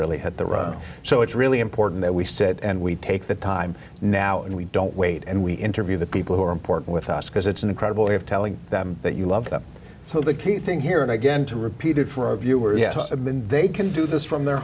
really hit the road so it's really important that we sit and we take the time now and we don't wait and we interview the people who are important with us because it's an incredible way of telling them that you love them so the key thing here and again to repeated for our viewers yes they can do this from their